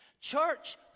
Church